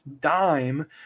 dime